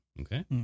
Okay